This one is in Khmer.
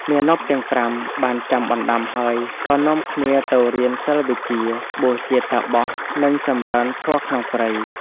មាណពទាំង ៥ បានចាំបណ្ដាំហើយ ក៏នាំគ្នាទៅរៀនសិល្បវិជ្ជា បួសជាតាបស និងចម្រើនធម៌ក្នុងព្រៃ។